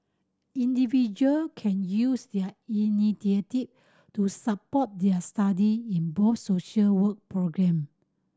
individual can use their initiative to support their study in both social work programme